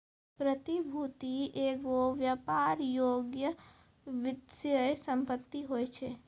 प्रतिभूति एगो व्यापार योग्य वित्तीय सम्पति होय छै